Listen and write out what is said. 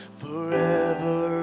forever